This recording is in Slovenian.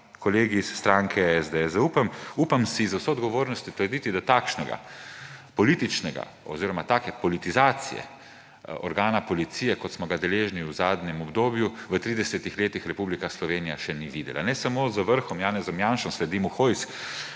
kolegi iz stranke SDS, upam si z vso odgovornostjo trditi, da takšne politizacije organa Policije, kot smo ga deležni v zadnjem obdobju, v tridesetih letih Republika Slovenija še ni videla. Ne samo z vrhom – Janezom Janšo, sledi mu Hojs,